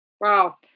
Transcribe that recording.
Wow